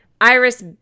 Iris